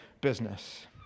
business